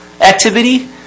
activity